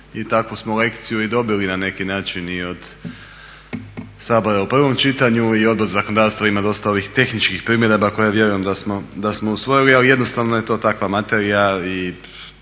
takvu smo lekciju i dobili na neki način od Sabora u prvom čitanju i Odbor za zakonodavstvo ima dosta ovih tehničkih primjedbi koje ja vjerujem da smo usvojili ali jednostavno je to takva materija